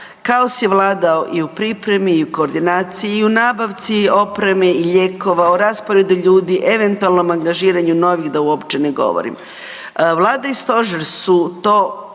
kaos je vladao i u pripremi i u koordinaciji i u nabavci opreme i lijekova, o rasporedu ljudi, eventualnom angažiranju novih da uopće ne govorim. Vlada i Stožer su to